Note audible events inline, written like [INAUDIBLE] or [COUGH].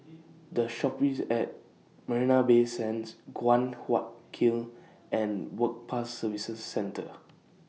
[NOISE] The Shoppes At Marina Bay Sands Guan Huat Kiln and Work Pass Services Centre